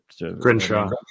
Grinshaw